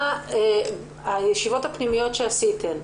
הישיבות הפנימיות שעשיתם,